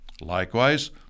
Likewise